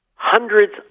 Hundreds